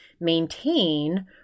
maintain